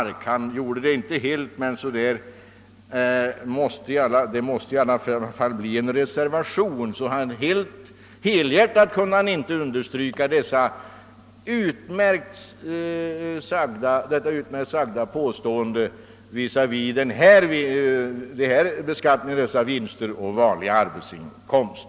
Herr Larsson gjorde det inte helt, men han gjorde i alla fall en reservation i det sammanhanget och kunde inte helhjärtat understryka det utmärkta påpekandet av herr Ahlmark i fråga om beskattningen av dessa vinster och vanlig arbetsinkomst.